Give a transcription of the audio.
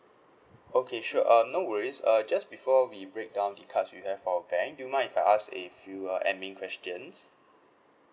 okay sure uh no worries uh just before we break down the cards we have our bank do you mind ask a few uh admin questions